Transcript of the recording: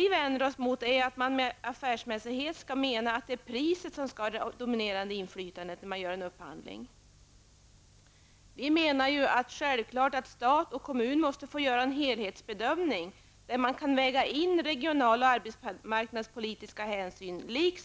Vi vänder oss mot att man i dag med affärsmässighet menar att priset skall ha det dominerande inflytandet vid upphandling. Vi anser att stat och kommun måste få göra en helhetsbedömning, där också regionalpolitiska, arbetsmarknadspolitiska